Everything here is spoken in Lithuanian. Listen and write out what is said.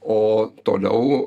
o toliau